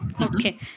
Okay